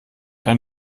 ein